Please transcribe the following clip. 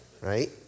right